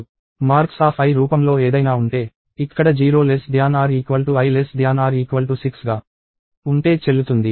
marksi రూపంలో ఏదైనా ఉంటే ఇక్కడ 0 i 6 గా ఉంటే చెల్లుతుంది